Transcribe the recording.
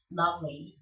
lovely